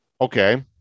Okay